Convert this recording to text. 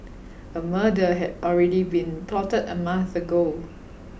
a murder had already been plotted a month ago